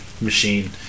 machine